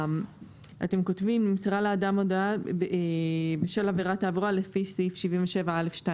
אתם כותבים 'נמסרה לאדם הודעה בשל עבירת תעבורה לפי סעיף 77(א)(2)',